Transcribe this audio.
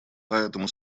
поэтому